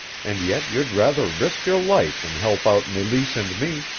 and yet you'd rather risk your life than help out meleese and me.